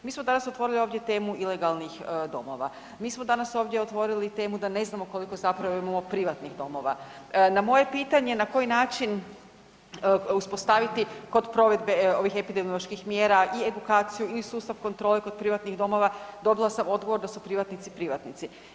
Mi smo danas otvorili ovdje temu ilegalnih domova, mi smo danas ovdje otvorili temu da ne znamo koliko zapravo imamo privatnih domova, na moje pitanje na koji način uspostaviti, kod provedbe ovih epidemioloških mjera, i edukaciju i sustav kontrole kod privatnih domova, dobila sam odgovor da su privatnici, privatnici.